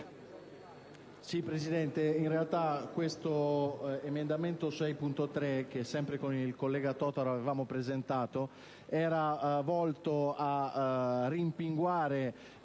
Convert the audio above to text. Presidente, in realtà l'emendamento 6.3, che sempre con il collega Totaro avevo presentato, era volto a rimpinguare